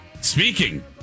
Speaking